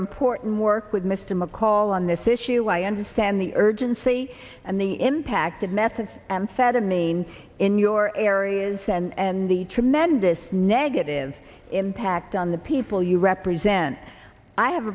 important work with mr mccall on this issue i understand the urgency and the impact of methods amphetamines in your areas and the tremendous negative impact on the people you represent i have